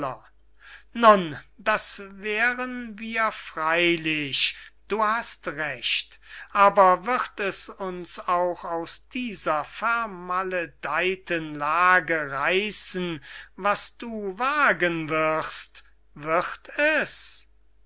das wären wir freylich du hast recht aber wird es uns auch aus dieser vermaledeyten lage reissen was du wagen wirst wird es